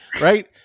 right